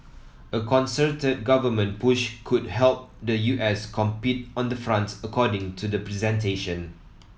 a concerted government push could help the U S compete on the front according to the presentation